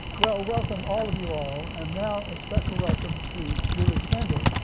well welcome all of you all and now a special welcome to julie sandorf.